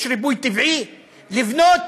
יש ריבוי טבעי, לבנות